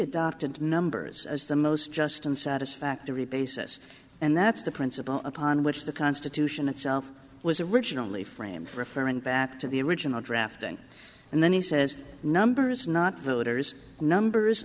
adopted numbers as the most just and satisfactory basis and that's the principle upon which the constitution itself was originally framed referring back to the original drafting and then he says numbers not voters numbers